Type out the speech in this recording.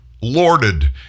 lorded